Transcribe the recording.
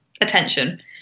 attention